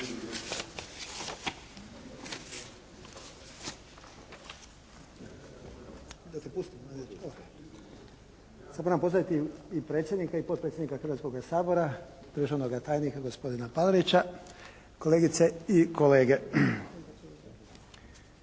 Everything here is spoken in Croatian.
Sad moram pozdraviti i predsjednika i potpredsjednika Hrvatskoga sabora, državnog tajnika gospodina Palarića, kolegice i kolege.